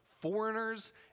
foreigners